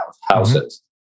houses